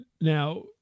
Now